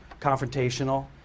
confrontational